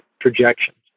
projections